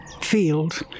field